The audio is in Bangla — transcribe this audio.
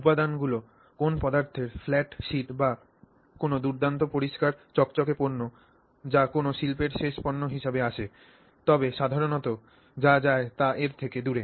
উপাদানগুলি কোন পদার্থের ফ্ল্যাট শীট বা কোনও দুর্দান্ত পরিষ্কার চকচকে পণ্য যা কোনও শিল্পের শেষ পণ্য হিসাবে আসে তবে সাধারণত যা যায় তা এর থেকে দূরে